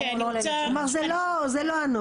כלומר זה לא הנוהל.